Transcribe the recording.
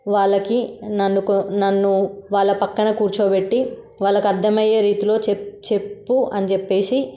వాళ్ళకి నన్ను కో నన్ను వాళ్ళ పక్కన కూర్చోబెట్టి వాళ్ళకి అర్థమయ్యే రీతిలో చెప్ చెప్పు అని చెప్పి